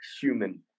human